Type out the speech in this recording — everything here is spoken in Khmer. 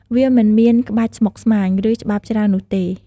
វាមិនមានក្បាច់ស្មុគស្មាញ ឬច្បាប់ច្រើននោះទេ។